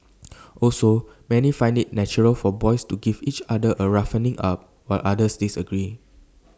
also many find IT natural for boys to give each other A roughening up while others disagree